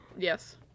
Yes